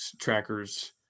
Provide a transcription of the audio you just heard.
trackers